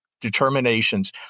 determinations